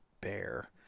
bear